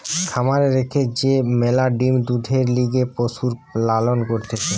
খামারে রেখে যে ম্যালা ডিম্, দুধের লিগে পশুর লালন করতিছে